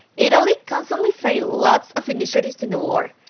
italy constantly failed lots of initiatives in the war,